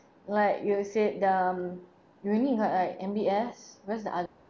like you said the mm we only have like M_B_S where's the art